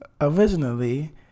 originally